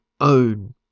own